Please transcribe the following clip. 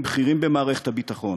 בכירים במערכת הביטחון,